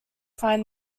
find